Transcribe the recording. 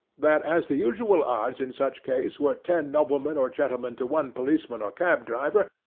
that as the usual odds in such cases were ten noblemen or gentlemen to one policeman or cab-driver,